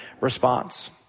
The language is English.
response